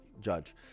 judge